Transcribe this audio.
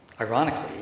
Ironically